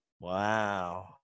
Wow